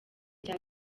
cya